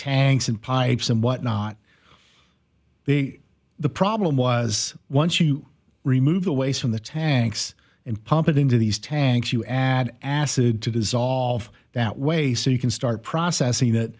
tanks and pipes and whatnot the problem was once you remove the waste from the tanks and pump it into these tanks you add acid to dissolve that way so you can start processing that